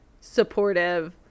supportive